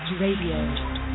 Radio